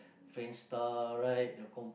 Friendster right the com~